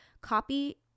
copy